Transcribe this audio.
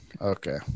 okay